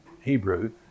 Hebrew